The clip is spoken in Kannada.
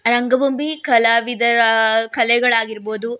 ರಂಗಭೂಮಿ ಕಲಾವಿದರ ಕಲೆಗಳಾಗಿರ್ಬೋದು